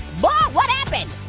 whoa what happened.